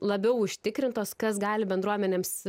labiau užtikrintos kas gali bendruomenėms